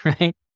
right